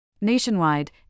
Nationwide